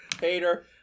Hater